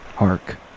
Hark